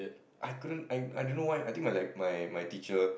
I couldn't I I don't know why I think like my my teacher